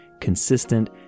consistent